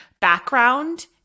background